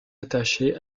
attachées